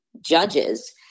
judges—